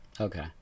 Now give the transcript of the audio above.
okay